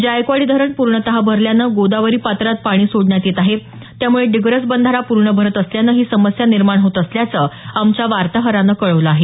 जायकवाडी धरण पूर्णतः भरल्यानं गोदावरी पात्रात पाणी सोडण्यात येत आहे त्यामुळे डिग्रस बंधारा पूर्ण भरत असल्यानं ही समस्या निर्माण होत असल्याचं आमच्या वार्ताहरानं कळवलं आहे